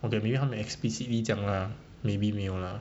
okay 他们没有 explicitly 讲 lah maybe 没有 lah